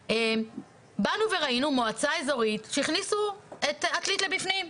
באנו וראינו מועצה איזורית שהכניסו עתלית לבפנים.